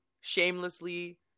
Shamelessly